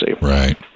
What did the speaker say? Right